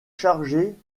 chargée